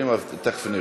התשע"ז 2017,